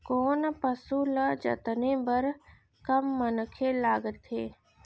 कोन पसु ल जतने बर कम मनखे लागथे?